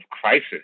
crisis